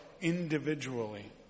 individually